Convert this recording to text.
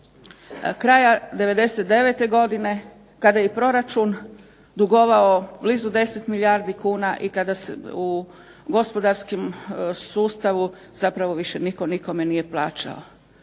kraja 99. godine kada je proračun dugovao blizu 10 milijardi kuna i kada u gospodarskom sustavu više nitko nikome nije plaćao.